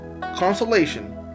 consolation